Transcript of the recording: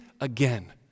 again